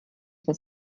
was